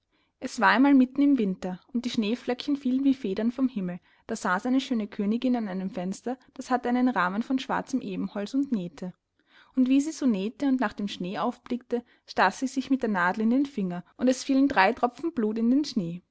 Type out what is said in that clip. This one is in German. es war einmal mitten im winter und die schneeflocken fielen wie federn vom himmel da saß eine schöne königin an einem fenster das hatte einen rahmen von schwarzem ebenholz und nähte und wie sie so nähte und nach dem schnee aufblickte stach sie sich mit der nadel in den finger und es fielen drei tropfen blut in den schnee